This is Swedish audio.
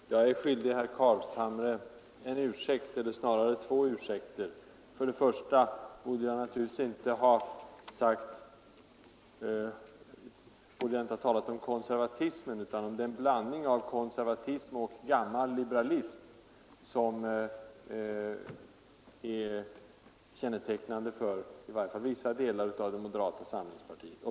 Fru talman! Jag är skyldig herr Carlshamre en ursäkt — eller snarare två ursäkter. För det första borde jag naturligtvis inte ha talat om konservatismen utan om den blandning av konservatism och gammalliberalism som är kännetecknande för i varje fall vissa delar av moderata samlingspartiet.